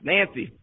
Nancy